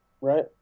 right